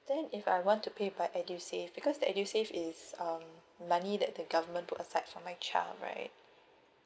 then if I want to pay by edusave because the edusave is um money that the government put aside for my child right